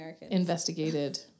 Investigated